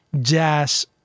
jazz